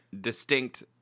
distinct